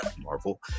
Marvel